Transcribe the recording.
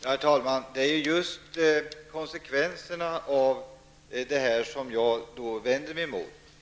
Herr talman! Det är just konsekvenserna av den nya förordningen som jag vänder mig emot.